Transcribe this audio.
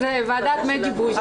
ועדת מז'יבוז',